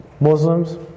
Muslims